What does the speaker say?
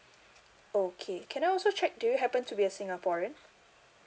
okay can I also check do you happen to be a singaporean